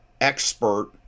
expert